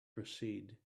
proceed